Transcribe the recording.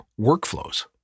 workflows